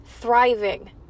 Thriving